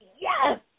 Yes